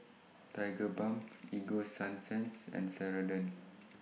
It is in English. Tigerbalm Ego Sunsense and Ceradan